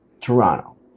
Toronto